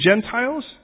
Gentiles